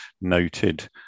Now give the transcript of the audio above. noted